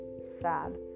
sad